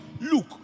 Look